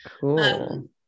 Cool